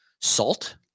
salt